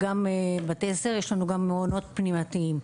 בתי ספר ומעונות פנימיתיים.